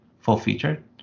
full-featured